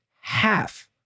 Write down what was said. half